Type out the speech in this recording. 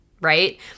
right